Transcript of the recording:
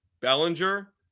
bellinger